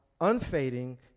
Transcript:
unfading